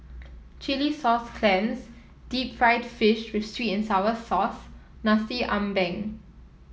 Chilli Sauce Clams Deep Fried Fish with sweet and sour sauce Nasi Ambeng